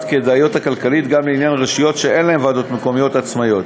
הכדאיות הכלכלית גם לעניין רשויות שאין להן ועדות מקומיות עצמאיות,